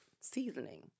seasoning